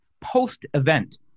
post-event